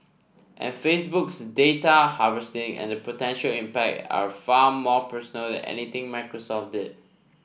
and Facebook's data harvesting and the potential impact are far more personal than anything Microsoft did